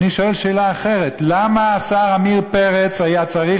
אני שואל שאלה אחרת: למה השר עמיר פרץ היה צריך